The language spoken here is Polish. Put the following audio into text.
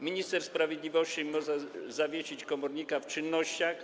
Minister sprawiedliwości może zawiesić komornika w czynnościach.